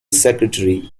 secretary